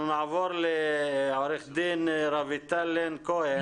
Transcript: אנחנו נעבור לעו"ד רויטל לן כהן